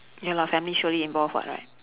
ya lor family surely involve [what] right